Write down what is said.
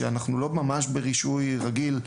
ולא ברישוי רגיל,